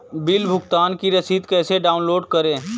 Bill भुगतान की रसीद कैसे डाउनलोड करें?